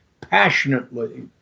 passionately